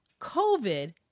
COVID